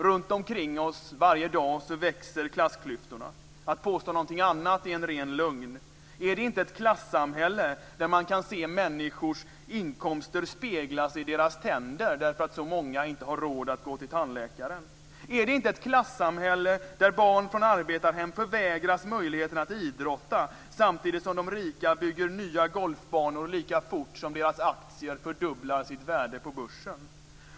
Runt omkring oss varje dag växer klassklyftorna. Att påstå något annat är en ren lögn. Är det inte ett klassamhälle, där man kan se människors inkomster speglas i deras tänder, därför att så många inte har råd att gå till tandläkaren? Är det inte ett klassamhälle där barn från arbetarhem förvägras möjligheten att idrotta, samtidigt som de rika bygger nya golfbanor lika fort som deras aktier fördubblar sitt värde på börsen?